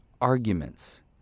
arguments